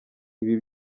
ibi